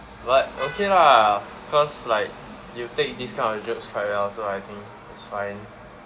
but okay lah cause like you take these kind of jokes quite well so I think